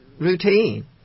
routine